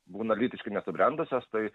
būna lytiškai nesubrendusios tai